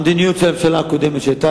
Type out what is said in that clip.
המדיניות של הממשלה הקודמת שהיתה,